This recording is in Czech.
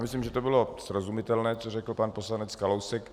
Myslím si, že to bylo srozumitelné, co řekl pan poslanec Kalousek.